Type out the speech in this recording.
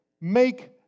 make